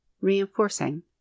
reinforcing